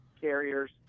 carriers